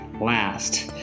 last